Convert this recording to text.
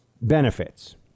benefits